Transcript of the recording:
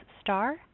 star